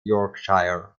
yorkshire